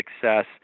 success